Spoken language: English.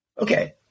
Okay